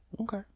Okay